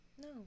No